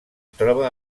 troba